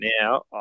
now